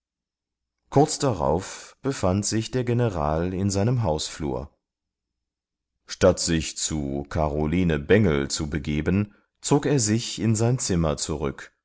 kurz darauf befand sich der general in seinem hausflur statt sich zu karoline bengel zu begeben zog er sich in sein zimmer zurück